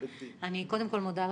אני קודם כל מודה לך,